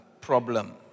problem